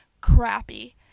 crappy